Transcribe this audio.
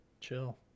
chill